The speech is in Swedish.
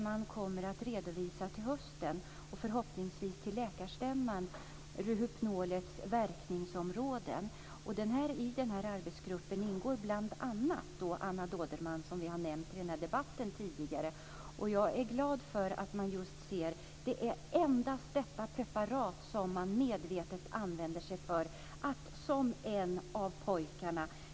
Man kommer till hösten - förhoppningsvis till läkarstämman - att redovisa Rohypnolets verkningsområden. I denna arbetsgrupp ingår bl.a. Anna Dåderman, som vi har nämnt tidigare i denna debatt. Jag är glad för att man ser att det endast är detta preparat som medvetet används på detta sätt.